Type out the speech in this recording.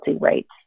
rates